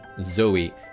Zoe